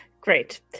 Great